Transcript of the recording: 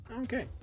Okay